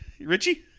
Richie